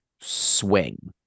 swing